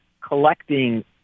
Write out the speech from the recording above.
collecting